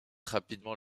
rapidement